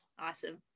Awesome